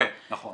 כן, נכון.